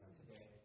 today